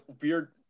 weird